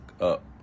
up